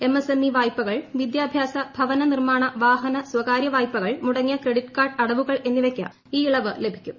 M S M E വായ്പകൾ വിദ്യാഭ്യാസ ഭവനനിർമ്മാണ വാഹന സ്വകാരൃ വായ്പകൾ മുടങ്ങിയ ക്രെഡിറ്റ് കാർഡ് അടവുകൾ എന്നിവയ്ക്ക് ഈ ഇളവ് ലഭിക്കും